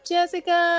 Jessica